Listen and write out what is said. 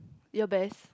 your best